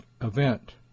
event